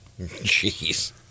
jeez